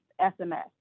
SMS